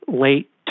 late